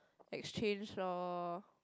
exchange loh